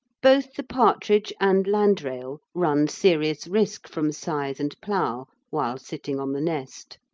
both the partridge and landrail run serious risk from scythe and plough while sitting on the nest.